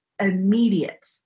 immediate